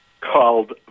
called